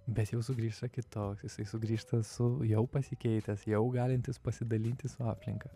bet jau sugrįžta kitoks jisai sugrįžta su jau pasikeitęs jau galintis pasidalinti su aplinka